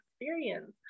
experience